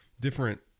different